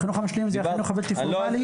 החינוך המשלים זה החינוך הבלתי פורמלי.